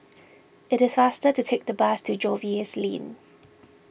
it is faster to take the bus to Jervois Lane